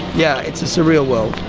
yeah, it's a surreal world.